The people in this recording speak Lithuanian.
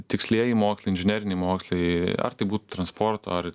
tikslieji mokslai inžineriniai mokslai ar tai būtų transporto ar